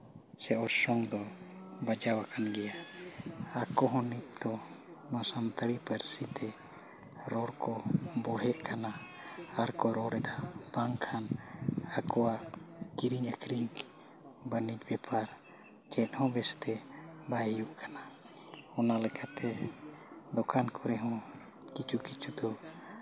ᱥᱮ ᱚᱨᱥᱚᱝ ᱫᱚ ᱵᱟᱡᱟᱣ ᱟᱠᱟᱱ ᱜᱮᱭᱟ ᱟᱠᱚ ᱦᱚᱸ ᱱᱤᱛ ᱫᱚ ᱱᱚᱣᱟ ᱥᱟᱱᱛᱟᱲᱤ ᱯᱟᱹᱨᱥᱤ ᱛᱮ ᱨᱚᱲ ᱠᱚ ᱵᱚᱲᱦᱮᱸᱜ ᱠᱟᱱᱟ ᱟᱨᱠᱚ ᱨᱚᱲ ᱮᱫᱟ ᱵᱟᱝᱠᱷᱟᱱ ᱟᱠᱚᱣᱟᱜ ᱠᱤᱨᱤᱧ ᱟᱹᱠᱷᱨᱤᱧ ᱵᱟᱹᱱᱤᱡᱽ ᱵᱮᱯᱟᱨ ᱪᱮᱫ ᱦᱚᱸ ᱵᱮᱥᱛᱮ ᱵᱟᱭ ᱦᱩᱭᱩᱜ ᱠᱟᱱᱟ ᱚᱱᱟ ᱞᱮᱠᱟᱛᱮ ᱫᱳᱠᱟᱱ ᱠᱚᱨᱮ ᱦᱚᱸ ᱠᱤᱪᱷᱩ ᱠᱤᱪᱷᱩ ᱫᱚ